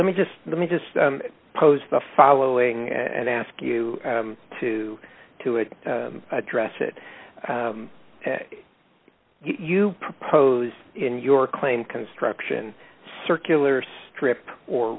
let me just let me just pose the following and ask you to to it address it you propose in your claim construction circular strip or